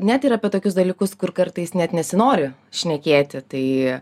net ir apie tokius dalykus kur kartais net nesinori šnekėti tai